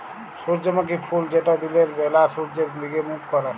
সূর্যমুখী ফুল যেট দিলের ব্যালা সূর্যের দিগে মুখ ক্যরে